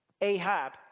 Ahab